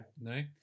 no